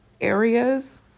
areas